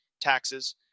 Taxes